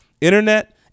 Internet